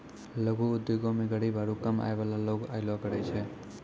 लघु उद्योगो मे गरीब आरु कम आय बाला लोग अयलो करे छै